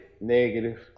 Negative